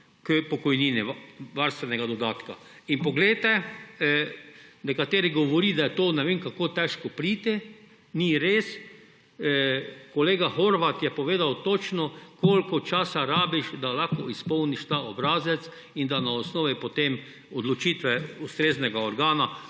pa tudi do varstvenega dodatka k pokojnini. Nekateri govorijo, da je do tega ne vem kako težko priti. Ni res. Kolega Horvat je povedal, točno koliko časa rabiš, da lahko izpolniš ta obrazec, in da se na osnovi odločitve ustreznega organa